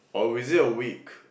or is it a week